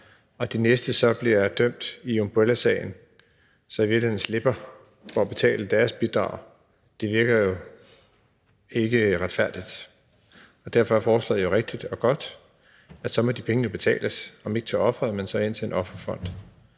og de næste bliver dømt i umbrellasagen og så i virkeligheden slipper for at betale deres bidrag, så virker det jo ikke retfærdigt. Derfor er forslaget jo rigtigt og godt, for så må de penge betales om ikke til offeret, så til en offerfond.